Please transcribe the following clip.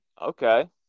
okay